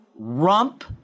Rump